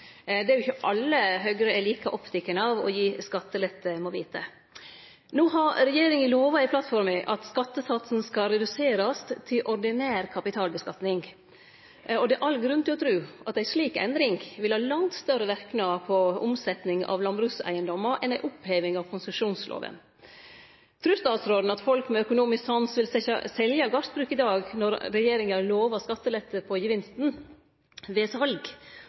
Det er jo ikkje alle Høgre er like oppteken av å gi skattelette, må vite! No har regjeringa lova i plattforma at skattesatsen skal reduserast til ordinær kapitalskattlegging, og det er all grunn til å tru at ei slik endring vil ha langt større verknad på omsetjing av landbrukseigedommar enn ei oppheving av konsesjonsloven. Trur statsråden at folk med økonomisk sans vil selje gardsbruk i dag, når regjeringa lovar skattelette på gevinsten ved sal?